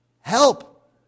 Help